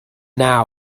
now